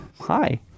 Hi